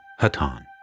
Hatan